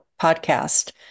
podcast